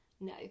no